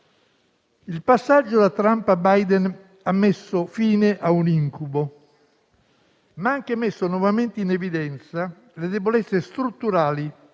Il passaggio da Trump a Biden ha messo fine a un incubo, ma ha anche messo nuovamente in evidenza le debolezze strutturali